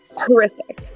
horrific